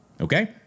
okay